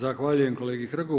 Zahvaljujem kolegi Hrgu.